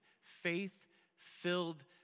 faith-filled